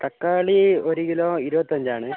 തക്കാളി ഒരു കിലോ ഇരുപത്തഞ്ചാണ്